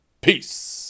peace